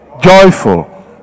joyful